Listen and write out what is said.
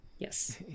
Yes